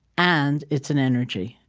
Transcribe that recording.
and it's an energy.